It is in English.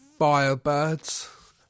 Firebirds